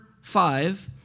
five